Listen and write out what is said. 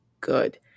good